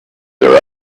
their